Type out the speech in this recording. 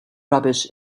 rubbish